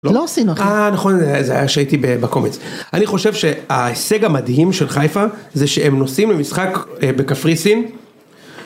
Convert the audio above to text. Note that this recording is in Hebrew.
אה, נכון זה היה שהייתי בקובץ אני חושב שההישג המדהים של חיפה זה שהם נוסעים למשחק בקפריסין.